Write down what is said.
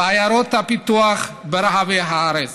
בעיירות הפיתוח ברחבי הארץ.